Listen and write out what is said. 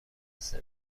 خسته